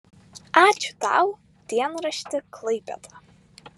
ačiū tau dienrašti klaipėda